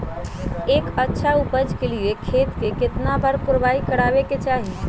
एक अच्छा उपज के लिए खेत के केतना बार कओराई करबआबे के चाहि?